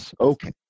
Okay